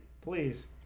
please